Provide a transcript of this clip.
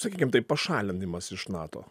sakykim taip pašalinimas iš nato